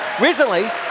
Recently